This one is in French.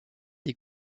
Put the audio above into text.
des